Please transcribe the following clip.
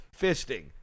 fisting